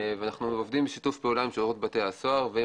אנחנו עובדים בשיתוף פעולה עם שירות בתי-הסוהר ועם